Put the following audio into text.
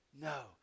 no